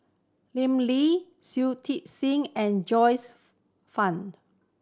Lim Lee Shui Tit Sing and Joyce Fan